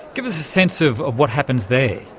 give us a sense of of what happens there.